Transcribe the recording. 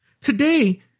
Today